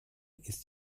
ist